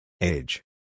Age